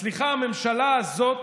מצליחה הממשלה הזאת,